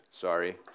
Sorry